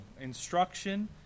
Instruction